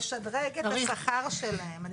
לשדרג את השכר שלהם.